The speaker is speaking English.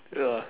ya